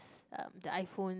uh the iPhone